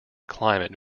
climate